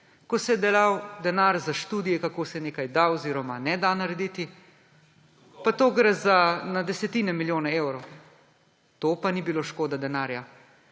ko se je dajal denar za študije, kako se nekaj da oziroma ne da narediti. Pa to gre za na desetine milijone evrov. To pa ni bilo škoda denarja.